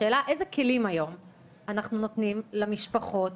השאלה אילו כלים אנחנו נותנים היום למשפחות.